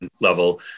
level